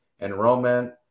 enrollment